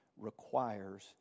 requires